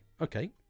Okay